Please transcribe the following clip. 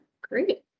great